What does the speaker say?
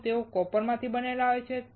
શું તેઓ કોપરના બનેલા છે